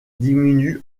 diminue